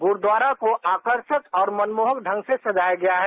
गुरूद्वारा को आकर्षक और मनमोहक ढंग से सजाया गया है